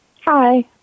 Hi